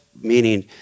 meaning